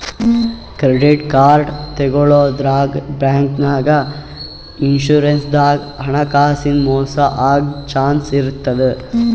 credit card ತಗೋಳಾದ್ರಾಗ್, ಬ್ಯಾಂಕ್ನಾಗ್, insurance ದಾಗ್ ಹಣಕಾಸಿನ್ ಮೋಸ್ ಆಗದ್ ಚಾನ್ಸ್ ಇರ್ತದ್